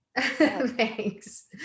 Thanks